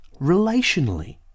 relationally